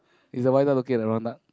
is the white duck looking at the brown duck